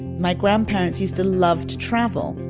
my grandparents used to love to travel.